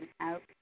out